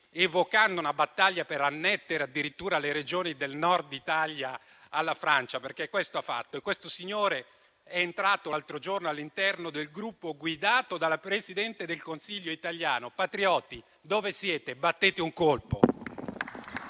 evocando una battaglia per annettere addirittura le Regioni del Nord Italia alla Francia - questo ha fatto - è entrato l'altro giorno all'interno del Gruppo guidato dalla Presidente del Consiglio italiana? Patrioti, dove siete? Battete un colpo.